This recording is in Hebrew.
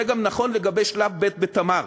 זה גם נכון לגבי שלב ב' ב"תמר",